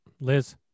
Liz